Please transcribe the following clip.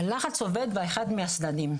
הלחץ עובד באחד מהצדדים,